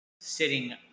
sitting